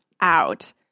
out